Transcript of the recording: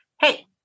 Hey